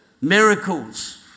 Miracles